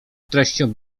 treścią